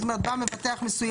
זאת אומרת בא מבטח מסוים,